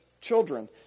children